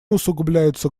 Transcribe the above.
усугубляются